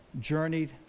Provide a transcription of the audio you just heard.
journeyed